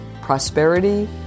prosperity